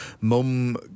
Mum